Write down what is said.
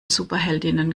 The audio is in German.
superheldinnen